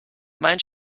mein